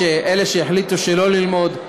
אלה שהחליטו שלא ללמוד,